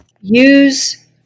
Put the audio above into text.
use